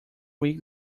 weak